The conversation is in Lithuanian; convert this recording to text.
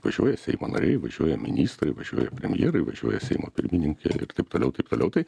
važiuoja seimo nariai važiuoja ministrai važiuoja premjerai važiuoja seimo pirmininkė ir taip toliau taip toliau tai